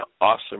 awesome